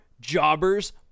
Jobbers